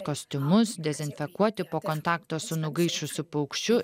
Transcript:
kostiumus dezinfekuoti po kontakto su nugaišusiu paukščiu